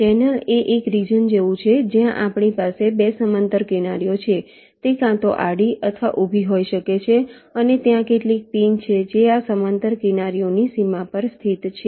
channel એ એક region જેવું છે જ્યાં આપણી પાસે 2 સમાંતર કિનારીઓ છે તે કાં તો આડી અથવા ઊભી હોઈ શકે છે અને ત્યાં કેટલીક પિન છે જે આ સમાંતર કિનારીઓની સીમા પર સ્થિત છે